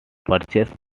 purchase